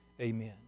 amen